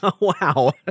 Wow